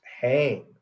hang